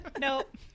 Nope